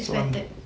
expected